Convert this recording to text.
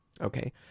okay